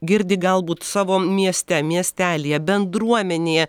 girdi galbūt savo mieste miestelyje bendruomenėje